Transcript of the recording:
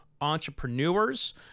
entrepreneurs